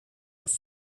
was